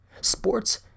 Sports